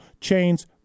Chains